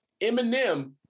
Eminem